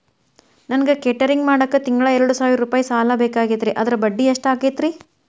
ನನಗ ಕೇಟರಿಂಗ್ ಮಾಡಾಕ್ ತಿಂಗಳಾ ಎರಡು ಸಾವಿರ ರೂಪಾಯಿ ಸಾಲ ಬೇಕಾಗೈತರಿ ಅದರ ಬಡ್ಡಿ ಎಷ್ಟ ಆಗತೈತ್ರಿ?